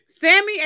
Sammy